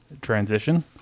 transition